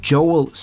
Joel